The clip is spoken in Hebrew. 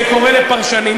זה קורה לפרשנים,